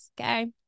Okay